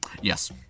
Yes